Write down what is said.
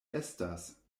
estas